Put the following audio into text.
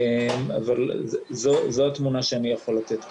אבל זו התמונה שאני יכול לתת כיום.